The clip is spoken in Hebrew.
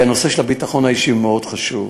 כי הנושא של הביטחון האישי הוא מאוד חשוב,